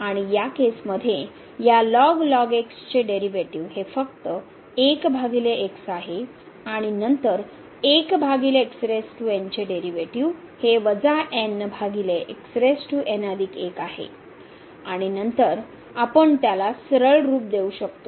आणि या केसमध्ये या चे डेरीवेटीव हे फक्त आहे आणि नंतर चे डेरीवेटीव हे आहे आणि नंतर आपण त्याला सरळरूप देऊ शकतो